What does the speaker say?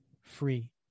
free